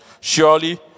Surely